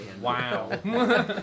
Wow